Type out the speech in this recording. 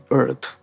earth